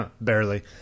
Barely